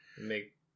make